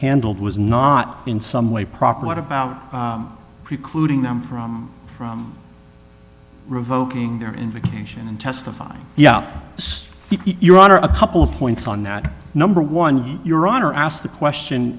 handled was not in some way proper what about precluding them from from revoking their invocation and testify yeah your honor a couple of points on that number one your honor asked the question